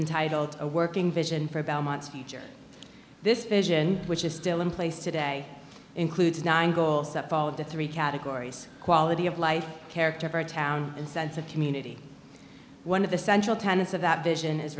entitled a working vision for belmont's future this vision which is still in place today includes nine goals that fall of the three categories quality of life character of our town and sense of community one of the central tenets of that vision is